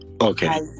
Okay